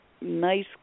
nice